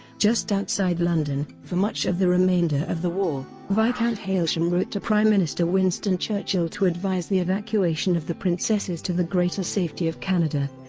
just outside london, for much of the remainder of the war. viscount hailsham wrote to prime minister winston churchill to advise the evacuation of the princesses to the greater safety of canada,